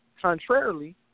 Contrarily